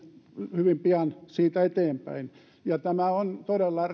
hyvin pian mennään siitä eteenpäin tämä on todella